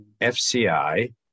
FCI